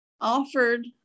offered